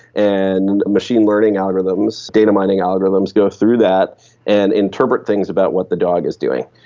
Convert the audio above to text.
and machine learning algorithms, data mining algorithms go through that and interpret things about what the dog is doing.